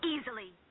easily